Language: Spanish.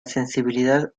sensibilidad